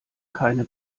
keine